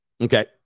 Okay